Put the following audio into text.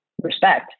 respect